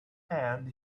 and